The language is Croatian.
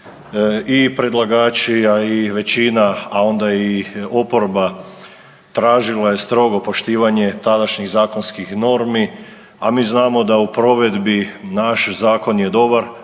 i predlagači a i većina, a onda i oporba tražila je strogo poštivanje tadašnjih zakonskih normi. A mi znamo da u provedbi naš zakon je dobar,